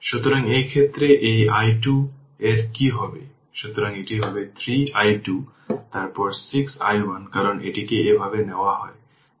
সুতরাং 29 ইন্ডিকেট করে যে u যেটি i 3 সেকেন্ড দেরি হয়েছে এবং চিত্রে দেখানো হয়েছে